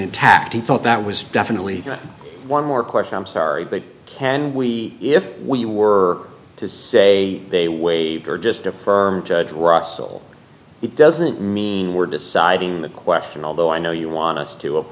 intact he thought that was definitely one more question i'm sorry but can we if we were just say they waiver just a judge right it doesn't mean we're deciding the question although i know you want us to